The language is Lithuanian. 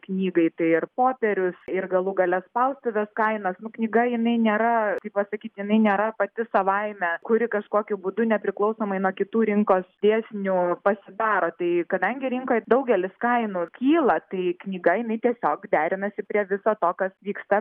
knygai tai ir popierius ir galų gale spaustuvės kainas nu knyga jinai nėra pasakyt jinai nėra pati savaime kuri kažkokiu būdu nepriklausomai nuo kitų rinkos dėsnių pasidaro tai kadangi rinkoj daugelis kainų kyla tai knyga jinai tiesiog derinasi prie viso to kas vyksta